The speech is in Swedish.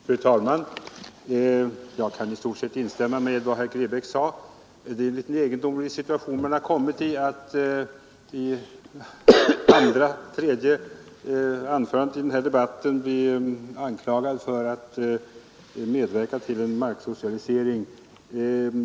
Fru talman! Jag kan i stort sett instämma i vad herr Grebäck sade. Det är en litet egendomlig situation man har kommit i att i andra eller tredje anförandet i den här debatten bli anklagad för att medverka till en marksocialisering.